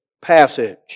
passage